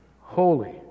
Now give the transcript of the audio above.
holy